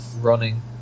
running